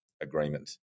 agreement